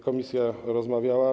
Komisja rozmawiała.